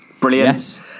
Brilliant